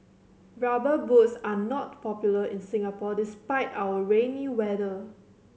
Rubber Boots are not popular in Singapore despite our rainy weather